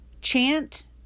chant